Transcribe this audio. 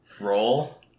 Roll